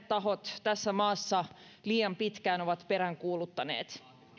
tahot tässä maassa liian pitkään ovat peräänkuuluttaneet